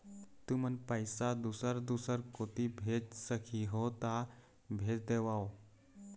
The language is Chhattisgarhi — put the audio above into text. तुमन पैसा दूसर दूसर कोती भेज सखीहो ता भेज देवव?